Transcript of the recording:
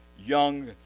young